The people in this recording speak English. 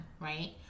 right